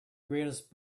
greatest